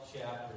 chapter